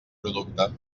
producte